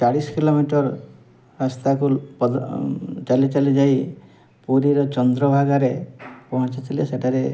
ଚାଳିଶ କିଲୋମିଟର୍ ରାସ୍ତାକୁ ଲୋ ପଦ ଚାଲି ଚାଲି ଯାଇ ପୁରୀର ଚନ୍ଦ୍ରଭାଗାରେ ପହଞ୍ଚିଥିଲେ ସେଠାରେ